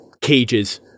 cages